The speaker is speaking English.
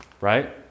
right